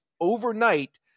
overnight